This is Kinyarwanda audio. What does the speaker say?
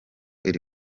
iri